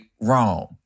wrong